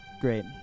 Great